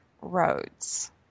Roads